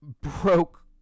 broke